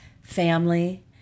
family